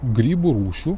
grybų rūšių